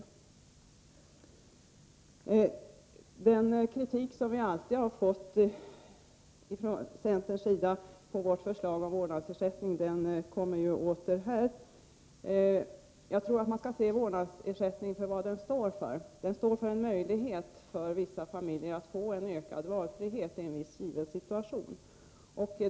Den kritik som vi alltid har fått för vårt förslag om vårdnadsersättning kommer nu tillbaka. Man måste se vad vårdnadsersättningen står för. Den står för en möjlighet för vissa familjer att få en ökad valfrihet i en viss given situation.